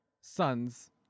Sons